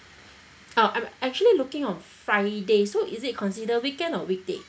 um I'm actually looking on friday so is it consider weekend or weekday